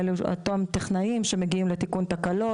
אותם טכנאים שמגיעים לתיקון תקלות,